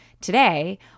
today